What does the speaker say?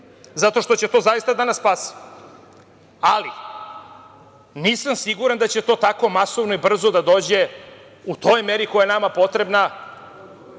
zato što će to zaista da nas spasi. Ali, nisam siguran da će to tako masovno i brzo da dođe u toj meri koja je nama potrebna